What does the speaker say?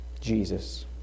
Jesus